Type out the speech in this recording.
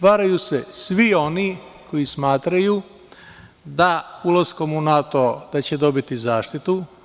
Varaju se svi oni koji smatraju da ulaskom u NATO da će dobiti zaštitu.